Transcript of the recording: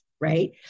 right